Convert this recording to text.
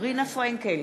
רינה פרנקל,